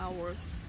hours